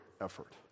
effort